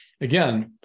again